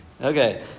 Okay